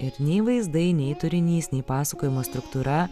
ir nei vaizdai nei turinys nei pasakojimo struktūra